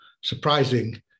surprising